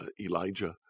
Elijah